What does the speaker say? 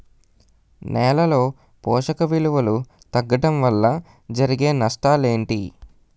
నేలలో పోషక విలువలు తగ్గడం వల్ల జరిగే నష్టాలేంటి?